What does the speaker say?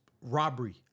robbery